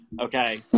okay